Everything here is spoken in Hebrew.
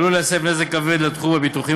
הדבר עלול להסב נזק כבד לתחום הביטוחים